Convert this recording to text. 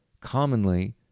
Commonly